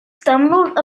stumbled